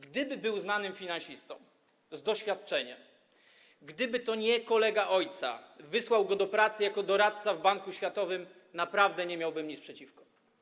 Gdyby był znanym finansistą, z doświadczeniem, gdyby to nie kolega ojca wysłał go do pracy jako doradcę w Banku Światowym, naprawdę nie miałbym nic przeciwko.